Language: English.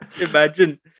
Imagine